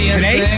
today